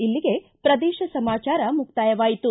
ಇಲ್ಲಿಗೆ ಪ್ರದೇಶ ಸಮಾಚಾರ ಮುಕ್ತಾಯವಾಯಿತು